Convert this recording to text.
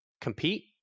compete